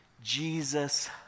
Jesus